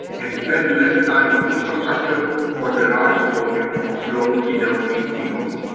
and spend less time on infrastructure or the large volume of flow fidelity signals.